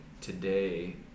today